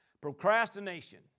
procrastination